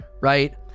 Right